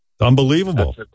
Unbelievable